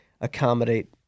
accommodate